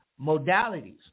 modalities